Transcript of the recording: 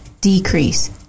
decrease